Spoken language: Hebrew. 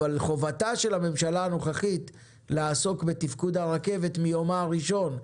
אבל חובתה של הממשלה הנוכחית לעסוק בתפקוד הרכבת מיומה הראשון,